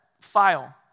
file